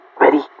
ready